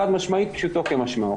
חד משמעית, פשוטו כמשמעו.